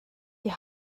die